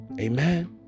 Amen